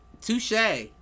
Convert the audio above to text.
touche